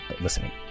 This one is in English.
listening